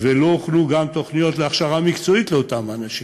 ולא הוכנו גם תוכניות להכשרה מקצועית לאותם אנשים,